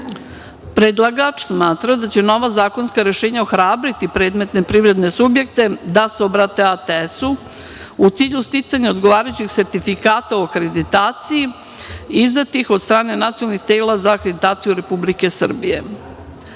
smatra da će nova zakonska rešenja ohrabriti predmetne privredne subjekte, da se obrate ATS-u u cilju sticanja odgovarajućih sertifikata o akreditaciji izdatih od strane nacionalnih tela za akreditaciju Republike Srbije.